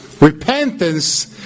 repentance